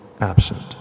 absent